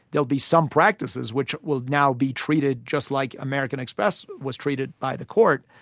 there will be some practices which will now be treated just like american express was treated by the court.